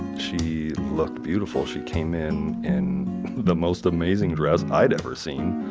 she looked beautiful. she came in in the most amazing dress i'd ever seen.